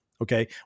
okay